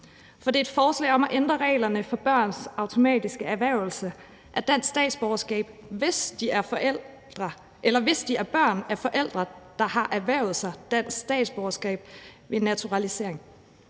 For det er et forslag om at ændre reglerne for børns automatiske erhvervelse af dansk statsborgerskab, hvis de er børn af forældre, der har erhvervet sig dansk statsborgerskab ved naturalisation.